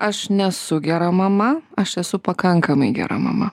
aš nesu gera mama aš esu pakankamai gera mama